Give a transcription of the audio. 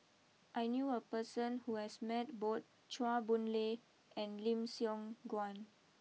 I knew a person who has met both Chua Boon Lay and Lim Siong Guan